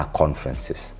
conferences